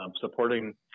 supporting